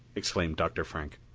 exclaimed dr. frank.